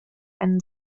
einen